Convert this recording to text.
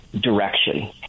direction